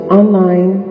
online